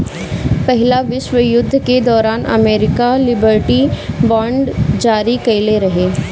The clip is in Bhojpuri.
पहिला विश्व युद्ध के दौरान अमेरिका लिबर्टी बांड जारी कईले रहे